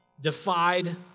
Defied